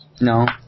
No